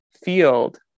field